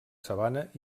sabana